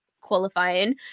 Qualifying